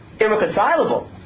irreconcilable